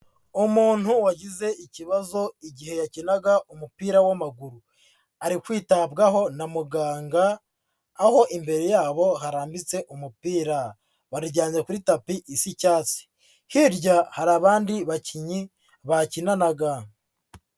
Umuntu wagize ikibazo igihe yakinaga umupira w'amaguru, ari kwitabwaho na muganga, aho imbere yabo harambitse umupira, baryamye kuri tapi isa icyatsi, hirya hari abandi bakinnyi bakinanaga.